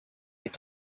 est